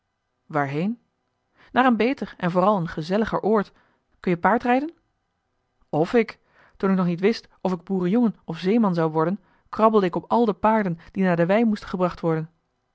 waarheen naar een beter en vooral een gezelliger oord kun-je paardrijden of ik toen ik nog niet wist of ik boerenjongen of zeeman zou worden krabbelde ik op al de paarden die naar de wei moesten gebracht worden